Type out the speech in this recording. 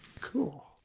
Cool